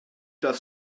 das